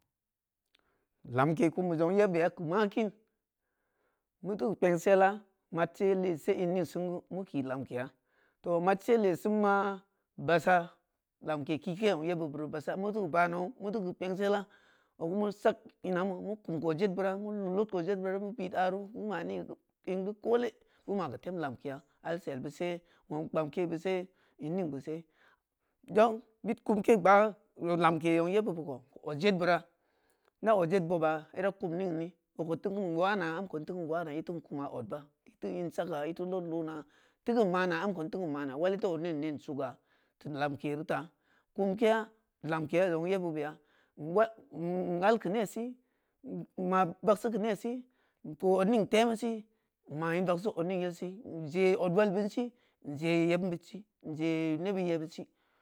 Lemke kum bu zoog yeb beya ki ma kin mitiku pneng silla mad sen le seng in ining sengu mu ki lemkeya toh mad sen māa baāsa lemke kike zoog yeb be buru baāsa mitiki baā neu mitiki pneng sella ogu mu san jina mu kum ki orjedbra mu lau leud ki orjed bra mu pee aaru mu ma ni guu ngu kole mu pwonke bu sai nning ma sai gang bid kumke bbaa len lemke zong yebi koō orjebra nda orjed bobba jda kum nning ni orko tikin wana un ko nutikin wana jitikum kuma ordba iti nsagga jtti teud leuno tikin mana am koo ntikim mana wal jti ord ning nen suuga toh lemke di taa kum keya lemkea zoog yebbe beya ni hulki nesi nma vag si ki nesi nkoo ordning temusi nma nvuxsi ki nesi njee obwalbe si njee yeb bin si njee nebid yebid si.